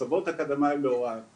הסבות אקדמאים להוראה,